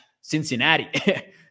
Cincinnati